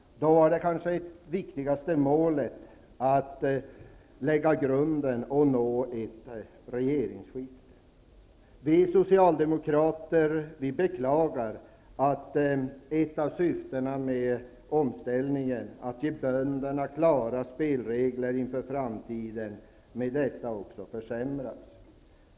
Då var kanske det viktigaste målet att lägga grunden för och nå ett regeringsskifte. Vi Socialdemokrater beklagar att ett av syftena med omställningen -- att ge bönderna klara spelregler inför framtiden -- med detta också förfuskats.